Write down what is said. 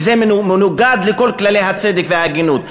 וזה מנוגד לכל כללי הצדק וההגינות.